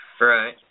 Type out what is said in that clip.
Right